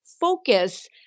focus